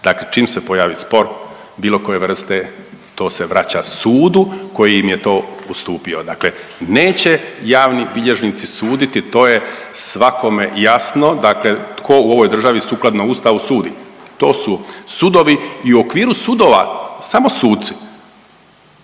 Dakle, čim se pojavi spor bilo koje vrste to se vraća sudu koji im je to ustupio. Dakle, neće javni bilježnici suditi, to je svakome jasno tko u ovoj državi sukladno Ustavu sudi, to su sudovi i u okviru sudova samo suci